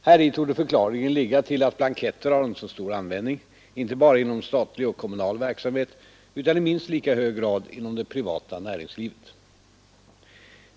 Häri torde förklaringen ligga till att blanketter har en stor användning, inte bara inom statlig och kommunal verksamhet utan i minst lika hög grad inom det privata näringslivet.